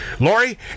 Lori